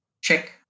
check